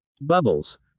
Bubbles